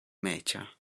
major